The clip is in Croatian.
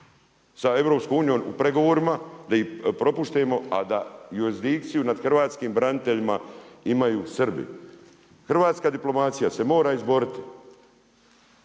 sa EU u pregovorima da ih propustimo a da jurisdikciju nad hrvatskim braniteljima imaju Srbi. Hrvatska diplomacija se mora izboriti